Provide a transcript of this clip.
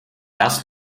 das